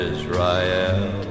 Israel